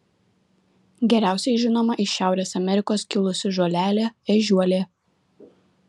geriausiai žinoma iš šiaurės amerikos kilusi žolelė ežiuolė